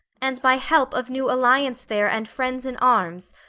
and by help of new alliance there and friends in arms,